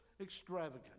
extravagant